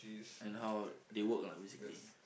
and how they work lah basically